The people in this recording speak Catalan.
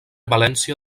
valència